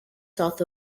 south